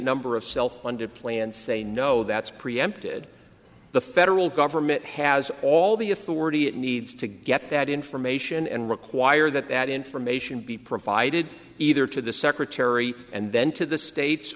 number of self funded plans they know that's preempted the federal government has all the authority it needs to get that information and require that that information be provided either to the secretary and and then to the states